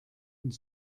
und